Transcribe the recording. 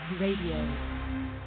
Radio